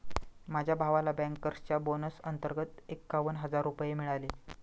माझ्या भावाला बँकर्सच्या बोनस अंतर्गत एकावन्न हजार रुपये मिळाले